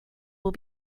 will